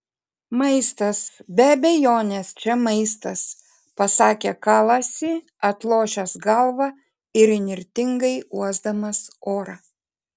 maistas be abejonės čia maistas pasakė kalasi atlošęs galvą ir įnirtingai uosdamas orą